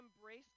embrace